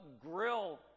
grill